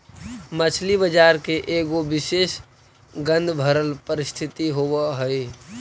मछली बजार के एगो विशेष गंधभरल परिस्थिति होब हई